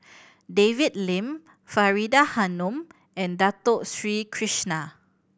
David Lim Faridah Hanum and Dato Sri Krishna